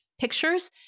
pictures